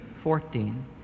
fourteen